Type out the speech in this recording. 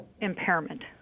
impairment